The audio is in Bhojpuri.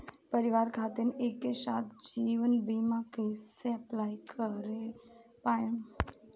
परिवार खातिर एके साथे जीवन बीमा कैसे अप्लाई कर पाएम?